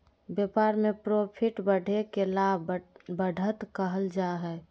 व्यापार में प्रॉफिट बढ़े के लाभ, बढ़त कहल जा हइ